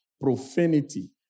profanity